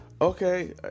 okay